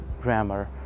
grammar